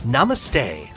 Namaste